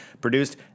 produced